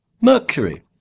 Mercury